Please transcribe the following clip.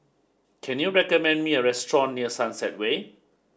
can you recommend me a restaurant near Sunset Way